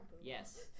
Yes